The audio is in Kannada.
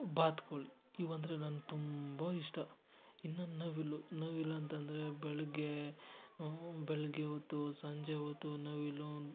ಬಾತುಕೋಳಿ ಇವು ಅಂದರೆ ನಂಗೆ ತುಂಬ ಇಷ್ಟ ಇನ್ನೊಂದು ನವಿಲು ನವಿಲು ಅಂತಂದರೆ ಬೆಳಗ್ಗೆ ಬೆಳಗ್ಗೆ ಹೊತ್ತು ಸಂಜೆ ಹೊತ್ತು ನವಿಲು